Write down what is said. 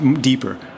deeper